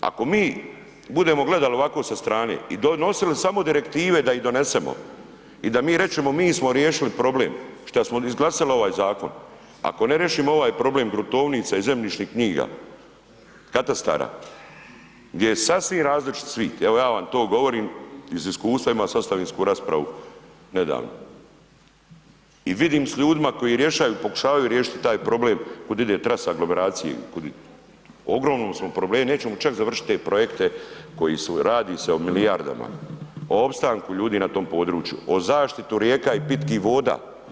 Ako mi budemo gledali ovako sa strane i donosili samo direktive da ih donesemo i da mi rečemo mi smo riješili problem šta smo izglasali ovaj zakon, ako ne riješimo ovaj problem gruntovnica i zemljišnih knjiga, katastara, gdje je sasvim različit svit, evo ja vam to govorim iz iskustva, ima sam ostavinsku raspravu nedavno i vidim s ljudima koji rješavaju, pokušavaju riješiti taj problem kud ide trasa aglomeracije, u ogromnom smo problemu, neće čak završiti te projekte koji su, radi se o milijardama, o opstanku ljudi na tom području, o zaštiti rijeka i pitkih voda.